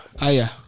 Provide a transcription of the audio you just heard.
Aya